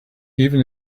even